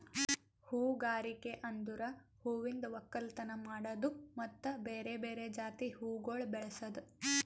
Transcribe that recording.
ಹೂಗಾರಿಕೆ ಅಂದುರ್ ಹೂವಿಂದ್ ಒಕ್ಕಲತನ ಮಾಡದ್ದು ಮತ್ತ ಬೇರೆ ಬೇರೆ ಜಾತಿ ಹೂವುಗೊಳ್ ಬೆಳಸದ್